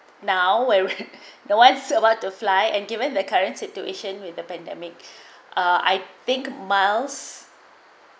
now where the once will want to fly and given the current situation with the pandemic I think miles